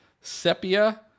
Sepia